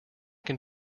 can